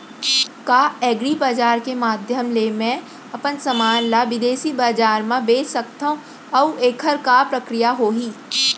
का एग्रीबजार के माधयम ले मैं अपन समान ला बिदेसी बजार मा बेच सकत हव अऊ एखर का प्रक्रिया होही?